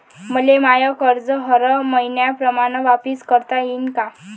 मले माय कर्ज हर मईन्याप्रमाणं वापिस करता येईन का?